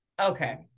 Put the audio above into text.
Okay